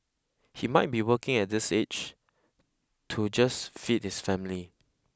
he might be working at this age to just feed his family